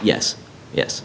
yes yes